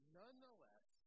nonetheless